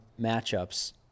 matchups